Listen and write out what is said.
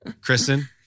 Kristen